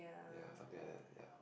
ya something like that ya